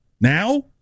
now